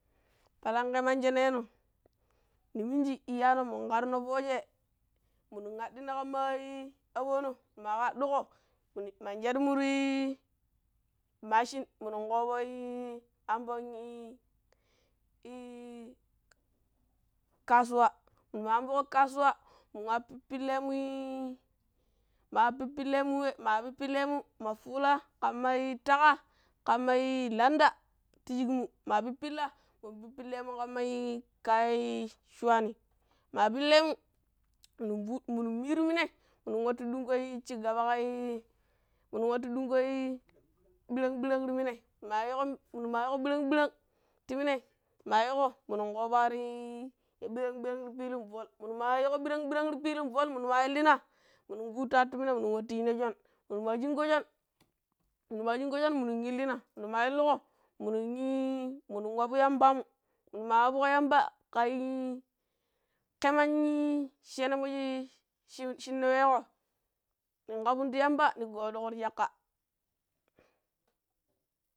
﻿Palank kgeman schenee no! ni minji iyyaa no mun khar no fooje minun addu na kham maii aboo no ma kpaddu kho minu, man chjadu ma ta ii minun kgoo boo ii ambon ii ii kasuwa minu ma ambo kho kasuwa mun waa pippille mu ii maa pippilee mu wee, ma pippillee mu, ma fuula, khamma ii takga, khamma ii landa tii schik mu, ma pippilla mun pippillee mu khamma ii, kaya ii schuwaani ma pilleemu, minun fuu, minun miiru minai, minun wattu ɗungo ii cigaba kha ii, minun wattu dun go ii birank-birank tii manai maa yii kho minu ma yii birank-birank, tii minai maa yiiƙo minun kgooboo aru ii ya birank-birank tii ti fillng ball minu maa yii kho birank-birank tii fillng ball minu illi na minun kguuttu attu mina minu attu schina chjon, minu maa schjin go chjon, minu maa schjin go chjon minun illina, minu ma illu kho minun ii, minun waa bu yamba mu minu maa wab kho yamba khan ii kheman ii schene mo schi ii schi, shin ne wee go ninkgabun tii yamba ni godugo ti schakkha